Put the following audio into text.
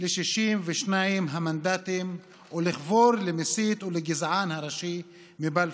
ל-62 המנדטים ולחבור למסית ולגזען הראשי מבלפור,